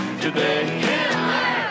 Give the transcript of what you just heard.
today